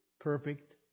perfect